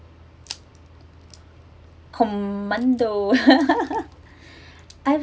commando I